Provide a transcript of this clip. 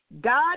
God